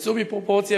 יצאו מפרופורציה.